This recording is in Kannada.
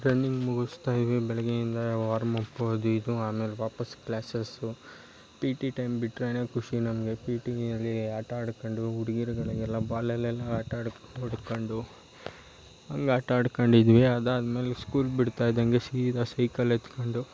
ರನ್ನಿಂಗ್ ಮುಗಿಸ್ತಾಯಿದ್ದೀವಿ ಬೆಳಗ್ಗೆಯಿಂದ ವಾರ್ಮ್ ಅಪ್ಪು ಅದು ಇದು ಆಮೇಲೆ ವಾಪಸ್ಸು ಕ್ಲಾಸಸ್ಸು ಪಿ ಟಿ ಟೈಮ್ ಬಿಟ್ಟರೇನೆ ಖುಷಿ ನಮಗೆ ಪಿ ಟಿಯಲ್ಲಿ ಆಟ ಆಡಿಕೊಂಡು ಹುಡುಗೀರ್ಗಳಿಗೆಲ್ಲ ಬಾಲಲ್ಲೆಲ್ಲ ಆಟ ಆಡಿ ಹೊಡ್ಕೊಂಡು ಹಂಗೆ ಆಟ ಆಡ್ಕೊಂಡು ಇದ್ವಿ ಅದಾದ್ಮೇಲೆ ಸ್ಕೂಲ್ ಬಿಡ್ತಾಯಿದ್ದಂತೆ ಸೀದ ಸೈಕಲ್ ಎತ್ಕೊಂಡು